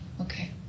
okay